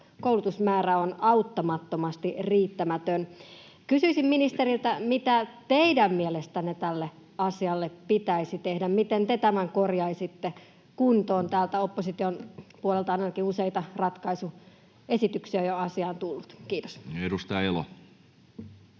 koulutusmäärä on auttamattomasti riittämätön. Kysyisin ministeriltä: Mitä teidän mielestänne tälle asialle pitäisi tehdä? Miten te tämän korjaisitte kuntoon? Täältä opposition puolelta on ainakin useita ratkaisuesityksiä jo asiaan tullut. — Kiitos. Edustaja Elo.